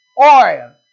oil